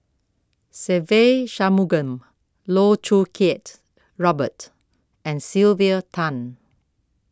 Se Ve Shanmugam Loh Choo Kiat Robert and Sylvia Tan